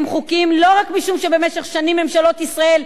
הם חוקיים לא רק משום שבמשך שנים ממשלות ישראל,